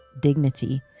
dignity